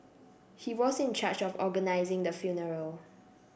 he was in charge of organising the funeral